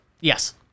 Yes